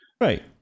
Right